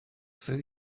food